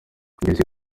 indyo